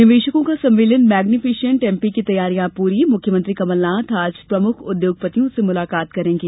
निवेशको का सम्मेलन मैग्नीफिसेंट एमपी की तैयारियां पूरी मुख्यमंत्री कमलनाथ आज प्रमुख उद्योगपतियों से मुलाकात करेंगे